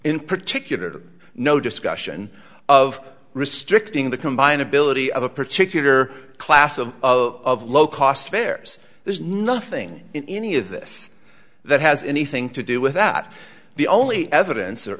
in particular no discussion of restricting the combined ability of a particular class of of low cost fares there's nothing in any of this that has anything to do with that the only evidence or